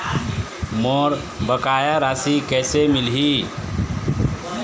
मोर बकाया राशि कैसे मिलही?